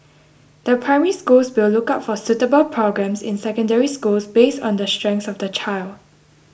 the Primary Schools will look out for suitable programmes in Secondary Schools based on the strengths of the child